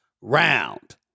round